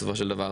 בסופו של דבר.